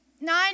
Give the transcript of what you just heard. nine